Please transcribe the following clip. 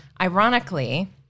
ironically